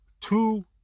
Two